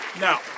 now